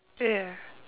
ya